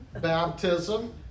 baptism